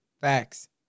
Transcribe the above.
Facts